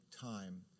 time